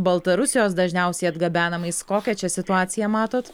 baltarusijos dažniausiai atgabenamais kokią čia situaciją matot